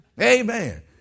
Amen